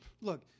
Look